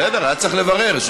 בסדר, היה צריך לברר.